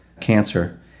cancer